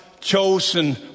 chosen